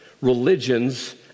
religions